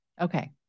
Okay